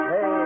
Hey